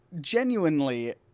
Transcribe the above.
genuinely